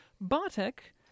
Bartek